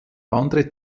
andere